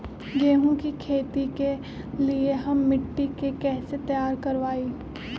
गेंहू की खेती के लिए हम मिट्टी के कैसे तैयार करवाई?